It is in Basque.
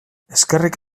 eskerrik